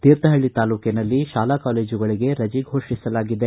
ತೀರ್ಥಪಳ್ಳಿ ತಾಲೂಕಿನಲ್ಲಿ ಶಾಲಾ ಕಾಲೇಜುಗಳಿಗೆ ರಜೆ ಘೋಷಿಸಲಾಗಿದೆ